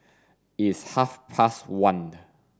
its half past one